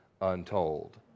untold